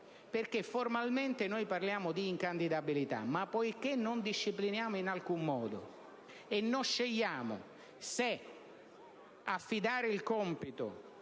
Formalmente, parliamo di incandidabilità, ma poiché non la discipliniamo in alcun modo e non scegliamo se affidare il compito